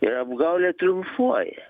ir apgaulė triumfuoja